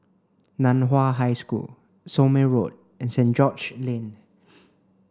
Nan Hua High School Somme Road and Saint George's Lane